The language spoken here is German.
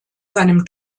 seinem